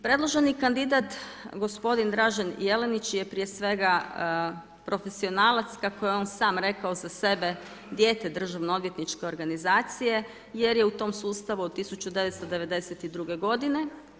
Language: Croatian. Predloženi kandidat gospodin Dražen Jelinić je prije svega profesionalac kako je on sam rekao za sebe dijete državno-odvjetničke organizacije jer je u tom sustavu od 1992. godine.